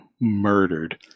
murdered